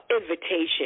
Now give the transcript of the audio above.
invitation